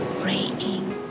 breaking